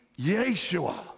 Yeshua